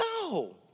No